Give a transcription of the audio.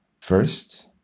first